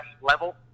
level